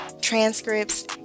transcripts